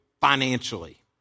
financially